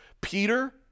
Peter